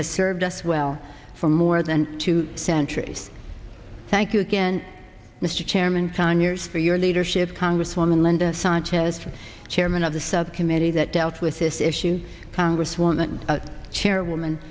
has served us well for more than two centuries thank you again mr chairman conyers for your leadership congresswoman linda sanchez chairman of the subcommittee that dealt with this issue congresswoman chairwoman